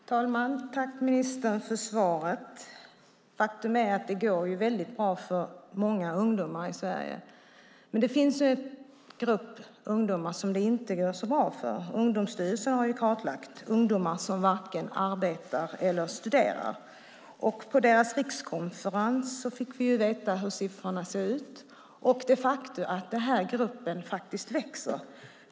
Fru talman! Tack ministern för svaret! Faktum är att det går väldigt bra för många ungdomar i Sverige, men det finns en grupp ungdomar som det inte går så bra för. Ungdomsstyrelsen har kartlagt ungdomar som varken arbetar eller studerar. På deras rikskonferens fick vi veta hur siffrorna ser ut och att den här gruppen de facto växer.